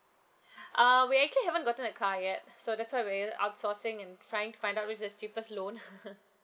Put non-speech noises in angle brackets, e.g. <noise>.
err we actually haven't gotten a car yet so that's why we're here outsourcing and trying to find out which is the cheapest loan <laughs>